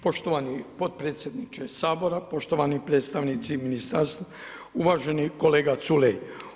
Poštovani potpredsjedniče Sabora, poštovani predstavnici ministarstva, uvaženi kolega Culej.